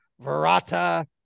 Verata